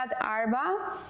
Arba